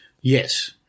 Yes